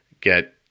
get